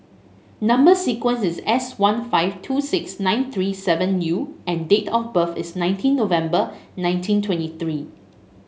number sequence is S one five two six nine three seven U and date of birth is nineteen November nineteen twenty three